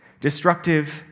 destructive